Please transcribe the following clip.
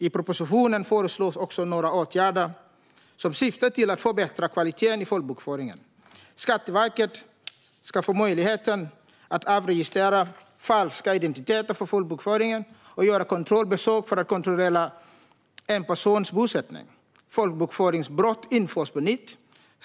I propositionen föreslås också några åtgärder som syftar till att förbättra kvaliteten i folkbokföringen. Skatteverket ska få möjlighet att avregistrera falska identiteter från folkbokföringen och göra kontrollbesök för att kontrollera en persons bosättning. Folkbokföringsbrott införs på nytt.